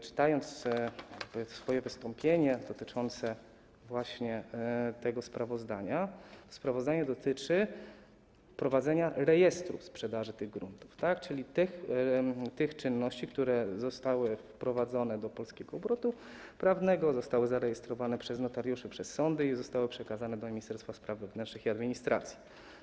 Czytam swoje wystąpienie dotyczące właśnie tego sprawozdania - sprawozdanie dotyczy prowadzenia rejestrów sprzedaży tych gruntów, czyli tych czynności, które zostały wprowadzone do polskiego obrotu prawnego, zostały zarejestrowane przez notariuszy, przez sądy i zostały przekazane do Ministerstwa Spraw Wewnętrznych i Administracji.